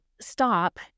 stop